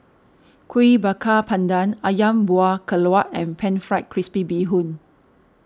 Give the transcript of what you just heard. Kuih Bakar Pandan Ayam Buah Keluak and Pan Fried Crispy Bee Hoon